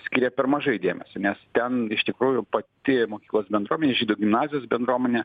skiria per mažai dėmesio nes ten iš tikrųjų pati mokyklos bendruomenė žydų gimnazijos bendruomenė